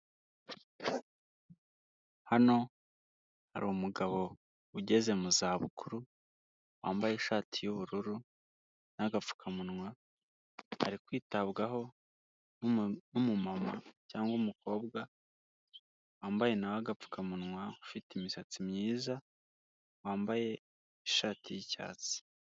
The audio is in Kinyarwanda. Hano hari umugabo ugeze mu za bukuru wambaye ishati yubururu na agapfukamunwa, ari kwitabwaho nu muma cyangwa umukobwa wambaye nawe agapfukamunwa ufite imisatsi myiza wambaye ishati yicyatsi.